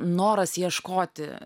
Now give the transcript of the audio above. noras ieškoti